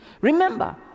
Remember